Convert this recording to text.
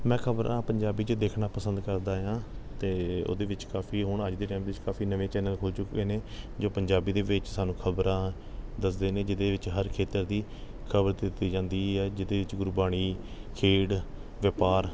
ਮੈਂ ਖਬਰਾਂ ਪੰਜਾਬੀ 'ਚ ਦੇਖਣਾ ਪਸੰਦ ਕਰਦਾ ਹਾਂ ਅਤੇ ਉਹਦੇ ਵਿੱਚ ਕਾਫੀ ਹੁਣ ਅੱਜ ਦੇ ਟਾਈਮ ਵਿੱਚ ਕਾਫੀ ਨਵੇਂ ਚੈਨਲ ਖੁੱਲ੍ਹ ਚੁੱਕੇ ਨੇ ਜੋ ਪੰਜਾਬੀ ਦੇ ਵਿੱਚ ਸਾਨੂੰ ਖਬਰਾਂ ਦੱਸਦੇ ਨੇ ਜਿਹਦੇ ਵਿੱਚ ਹਰ ਖੇਤਰ ਦੀ ਖਬਰ ਦਿੱਤੀ ਜਾਂਦੀ ਹੈ ਜਿਹਦੇ ਵਿੱਚ ਗੁਰਬਾਣੀ ਖੇਡ ਵਪਾਰ